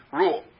rule